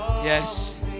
Yes